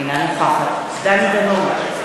אינה נוכחת דני דנון,